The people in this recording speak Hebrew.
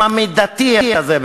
עם ה"מידתי" הזה,